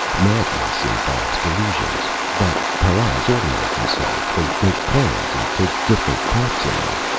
madness involves delusions. but paras organize themselves. they make plans and take different parts in them.